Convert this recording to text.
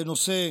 בנושא